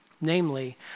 Namely